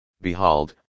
Behold